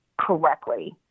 correctly